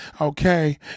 okay